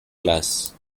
class